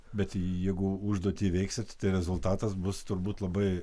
bet jeigu užduotį įveiksit rezultatas bus turbūt labai